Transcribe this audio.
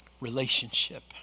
relationship